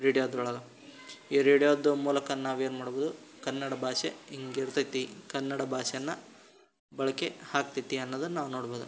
ರೇಡಿಯೋದ್ರೊಳಗೆ ಈ ರೇಡಿಯೋದ್ದು ಮೂಲಕ ನಾವು ಏನು ಮಾಡ್ಬೋದು ಕನ್ನಡ ಭಾಷೆ ಹೀಗಿರ್ತದೆ ಕನ್ನಡ ಭಾಷೆಯ ಬಳಕೆ ಆಗ್ತದೆ ಅನ್ನೋದನ್ನು ನಾವು ನೋಡ್ಬೋದು